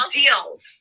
deals